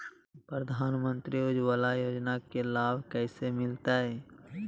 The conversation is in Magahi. प्रधानमंत्री उज्वला योजना के लाभ कैसे मैलतैय?